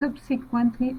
subsequently